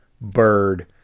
Bird